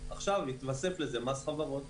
עכשיו מתווסף לזה גם מס חברות.